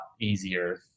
easier